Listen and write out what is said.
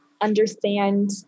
understand